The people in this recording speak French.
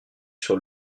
sur